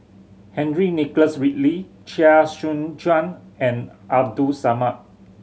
Henry Nicholas Ridley Chia Choo Suan and Abdul Samad